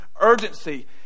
urgency